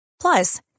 Plus